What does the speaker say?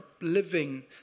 living